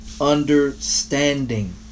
understanding